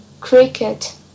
cricket